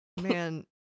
man